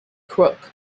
crook